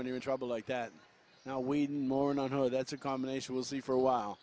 when you're in trouble like that now we need more no no that's a combination will see for a while